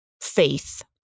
faith